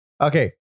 okay